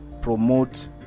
promote